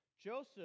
Joseph